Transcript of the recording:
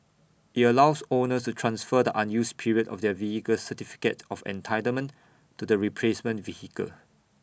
IT allows owners to transfer the unused period of their vehicle's certificate of entitlement to the replacement vehicle